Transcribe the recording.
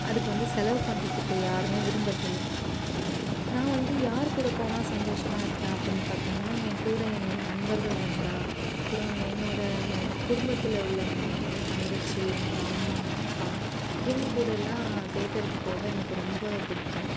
அதுக்கு வந்து செலவு பண்ணுறதுக்கு யாருமே விரும்பறதில்ல நான் வந்து யார் கூட போனால் சந்தோஷமாக இருப்பேன் அப்புன்னு பார்த்தோன்னா என்கூட என்னோடய நண்பர்கள் வந்தால் அப்புறோம் என்னோடய குடும்பத்தில் உள்ளவங்க என்னோடய தங்கச்சி என்னோடய அம்மா அப்பா இவங்க கூட எல்லாம் தேட்டருக்கு போக எனக்கு ரொம்ப பிடிக்கும்